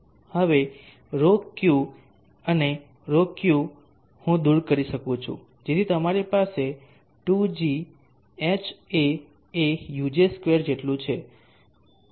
હવે ρQ અને ρQ હું દૂર કરી શકું છું જેથી તમારી પાસે 2gHa એ uj2 જેટલું છે